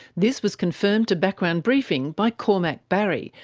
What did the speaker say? this was confirmed to background briefing by cormac barry,